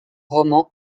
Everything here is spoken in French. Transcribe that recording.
roman